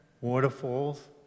waterfalls